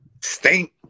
stink